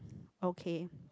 okay